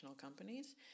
companies